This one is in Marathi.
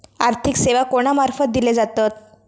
आर्थिक सेवा कोणा मार्फत दिले जातत?